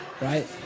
right